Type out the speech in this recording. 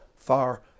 far